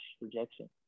rejection